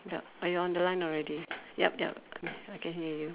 ya oh you're on the line already yup yup I can hear you